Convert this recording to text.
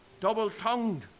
double-tongued